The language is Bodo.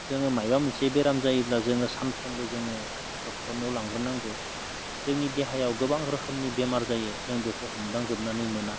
जोङो मायबा मोनसे बेराम जायोब्ला जोङो सानफोरमबो जोङो ड'क्टरनियाव लांग्रोनांगौ जोंनि देहायाव गोबां रोखोमनि बेमार जायो जों बेखौ हमदांजोबनानै मोना